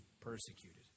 persecuted